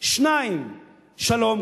2. שלום,